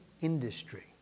industry